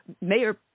Mayor